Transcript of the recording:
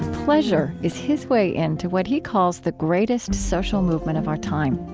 pleasure is his way in to what he calls the greatest social movement of our time.